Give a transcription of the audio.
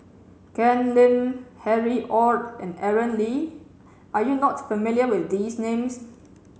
Ken Lim Harry Ord and Aaron Lee are you not familiar with these names